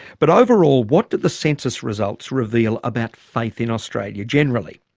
but overall what did the census results reveal about faith in australia generally?